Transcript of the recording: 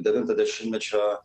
devinto dešimtmečio